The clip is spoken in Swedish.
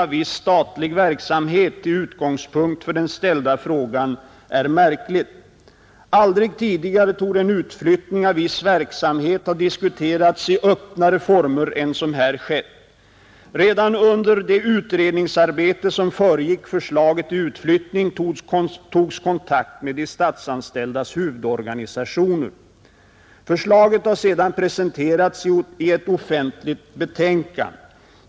En sådan ordning är ägnad att främja ändamålsenliga lösningar i sakfrågan och skapa en positiv attityd hos personalen,” Utskottet fortsätter: ”Med hänvisning till det ovan sagda vill utskottet understryka angelägenheten av att de anställda bereds inflytande i det fortsatta planeringsoch utredningsarbetet för utflyttningen.” Det är, herr talman, två begrepp i detta utskottsuttalande som jag särskilt vill understryka och fästa uppmärksamheten på och det är orden ”samråd” och ”inflytande”.